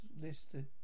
listed